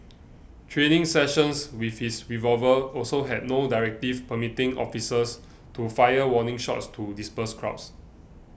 training sessions with his revolver also had no directive permitting officers to fire warning shots to disperse crowds